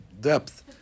Depth